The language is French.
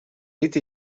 été